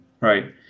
Right